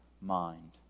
mind